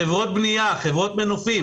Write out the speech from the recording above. חברות בנייה, חברות מנופים